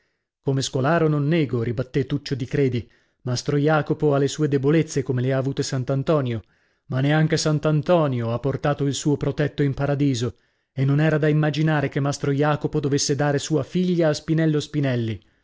come scolaro non nego ribattè tuccio di credi mastro jacopo ha le sue debolezze come le ha avute sant'antonio ma neanche sant'antonio ha portato il suo protetto in paradiso e non era da immaginare che mastro jacopo dovesse dare sua figlia a spinello spinelli